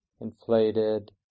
inflated